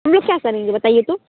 हम लोग क्या करेंगे बताइए तो